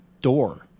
door